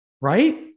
Right